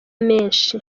menshi